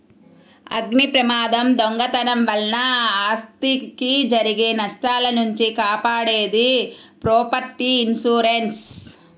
అగ్నిప్రమాదం, దొంగతనం వలన ఆస్తికి జరిగే నష్టాల నుంచి కాపాడేది ప్రాపర్టీ ఇన్సూరెన్స్